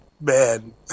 man